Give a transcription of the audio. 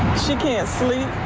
she can't sleep.